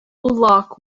lock